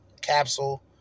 Capsule